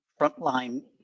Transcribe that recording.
frontline